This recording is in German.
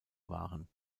waren